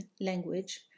language